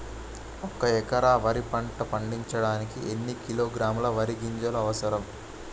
ఒక్క ఎకరా వరి పంట పండించడానికి ఎన్ని కిలోగ్రాముల వరి గింజలు అవసరం?